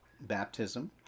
Baptism